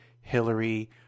Hillary